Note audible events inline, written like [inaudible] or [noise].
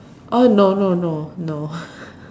oh no no no no [laughs]